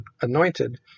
anointed